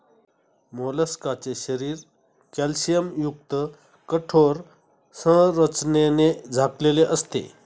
मोलस्काचे शरीर कॅल्शियमयुक्त कठोर संरचनेने झाकलेले असते